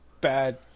bad